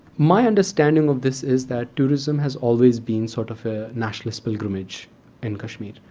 my understanding of this is that tourism has always been sort of a nationalist pilgrimage in kashmir.